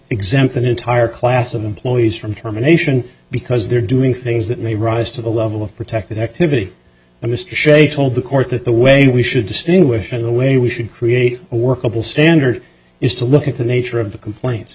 exempt an entire class of employees from termination because they're doing things that may rise to the level of protected activity i just shake told the court that the way we should distinguish and the way we should create a workable standard is to look at the nature of the complaints